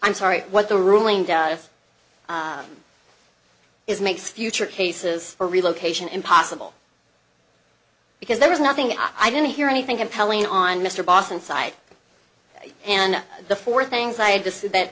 i'm sorry what the ruling does is make future cases are relocation impossible because there is nothing i don't hear anything compelling on mr boston side and the four things i had to say that